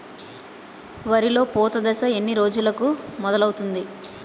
వరిలో పూత దశ ఎన్ని రోజులకు మొదలవుతుంది?